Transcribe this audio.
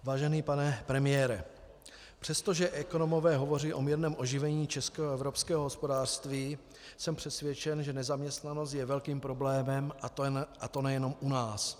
Vážený pane premiére, přestože ekonomové hovoří o mírném oživení českého a evropského hospodářství, jsem přesvědčen, že nezaměstnanost je velkým problémem, a to nejenom u nás.